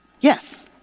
Yes